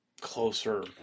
Closer